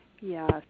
Yes